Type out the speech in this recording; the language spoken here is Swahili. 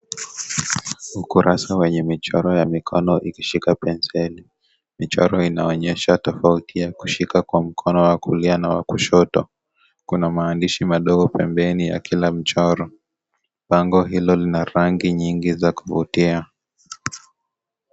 Ukurasa wenye michoro ya mikono ikishika penseli. Michoro inaonyesha tofauti ya kushika kwa mkono wa kulia na wa kushoto. Kuna maandishi madogo pembeni ya kila mchoro. Bango hilo lina rangi nyingi za kuvutia.